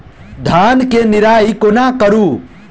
धान केँ निराई कोना करु?